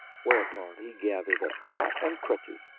whereupon he gathered up hat and crutches,